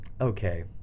okay